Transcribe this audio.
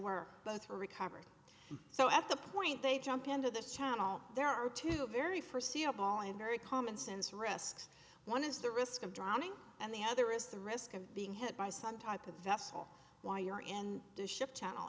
were both were recovered so at the point they jump into the channel there are two very first see a ball in very common sense risks one is the risk of drowning and the other is the risk of being hit by some type of vessel while you're in the ship channel